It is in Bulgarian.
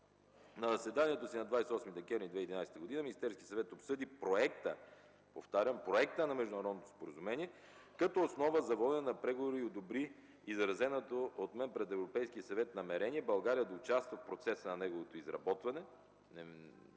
На заседанието си от 28 декември 2011 г. Министерският съвет обсъди проекта, повтарям „проекта” на Международното споразумение като основа за водене на преговори и одобри изразеното от мен пред Европейския съвет намерение България да участва в процеса на неговото изработване – не